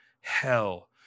hell